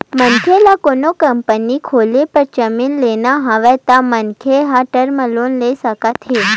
मनखे ल कोनो कंपनी खोले बर जमीन लेना हवय त मनखे ह टर्म लोन ले सकत हे